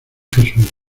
jesuita